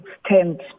extent